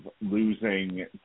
losing